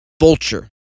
vulture